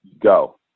go